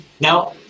Now